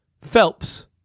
Phelps